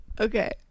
Okay